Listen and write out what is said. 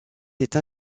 été